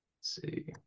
see